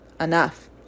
enough